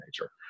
nature